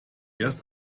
erst